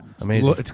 Amazing